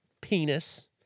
penis